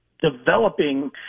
developing